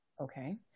Okay